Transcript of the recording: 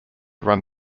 run